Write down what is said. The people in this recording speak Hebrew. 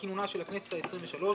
אני מוסיף את קולו של חבר הכנסת עמיר פרץ,